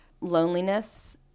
loneliness